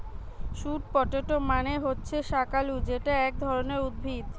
sweet potato মানে হচ্ছে শাকালু যেটা এক ধরণের উদ্ভিদ